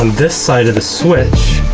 um this side of the switch,